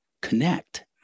connect